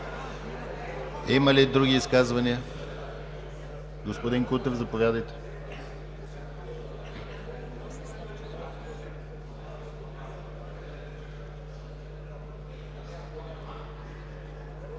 Има ли други изказвания? Господин Кутев, заповядайте.